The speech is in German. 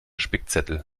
spickzettel